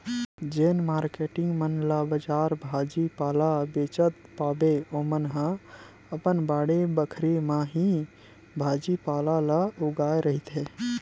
जेन मारकेटिंग मन ला बजार भाजी पाला बेंचत पाबे ओमन ह अपन बाड़ी बखरी म ही भाजी पाला ल उगाए रहिथे